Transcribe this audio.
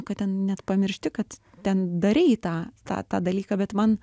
kad ten net pamiršti kad ten darei tą tą tą dalyką bet man